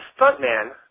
stuntman